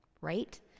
right